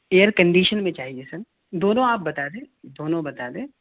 year condition میں چاہیے sir دونوں آپ بتادیں دونوں بتا دیں